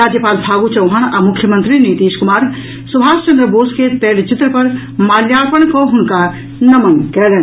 राज्यपाल फागू चौहान आ मुख्यमंत्री नीतीश कुमार सुभाष चन्द्र बोस के तैलचित्र पर माल्यार्पण कऽ हुनका नमन कयलनि